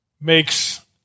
makes